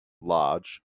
large